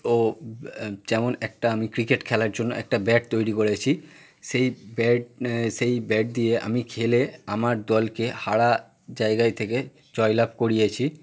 ও যেমন একটা আমি ক্রিকেট খেলার জন্য একটা ব্যাট তৈরি করেছি সেই ব্যাট সেই ব্যাট দিয়ে আমি খেলে আমার দলকে হারা জায়গায় থেকে জয় লাভ করিয়েছি